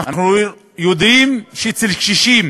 אנחנו יודעים שאצל קשישים